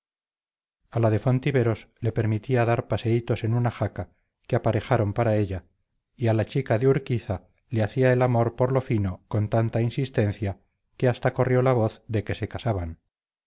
a la de fontiveros le permitía dar paseítos en una jaca que aparejaron para ella y a la chica de urquiza le hacía el amor por lo fino con tanta insistencia que hasta corrió la voz de que se casaban